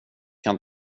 kan